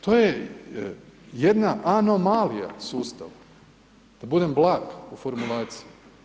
To je jedna anomalija sustava da budem blag u formulaciji.